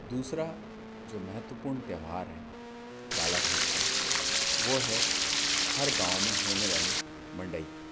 दूसरा जो महत्वपूर्ण त्यौहार है बालाघाट का वो है हर गांव में होने वाली मंडई